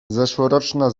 zeszłoroczna